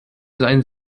seien